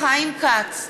חיים כץ,